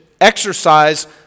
exercise